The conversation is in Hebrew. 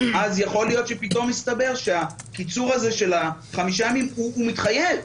יכול להיות שפתאום יסתבר שהקיצור הזה של החמישה ימים הוא מתחייב,